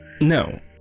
no